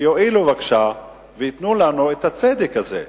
שיואילו בבקשה וייתנו לנו את הצדק הזה.